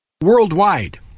worldwide